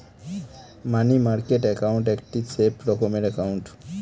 মানি market account একটি safe রকমের account